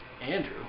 Andrew